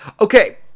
okay